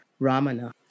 Ramana